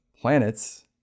planets